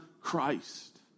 Christ